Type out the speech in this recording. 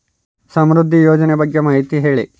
ಸಮೃದ್ಧಿ ಯೋಜನೆ ಬಗ್ಗೆ ಮಾಹಿತಿ ಹೇಳಿ?